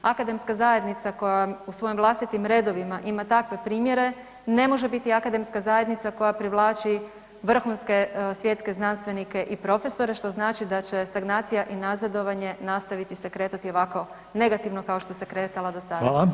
Akademska zajednica koja u svojim vlastitim redovima ima takve primjere, ne može biti akademska zajednica koja privlači vrhunske svjetske znanstvenike i profesore što znači da će stagnacija i nazadovanje nastaviti se kretati ovako negativno kao to s kretala do sada.